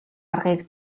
аргыг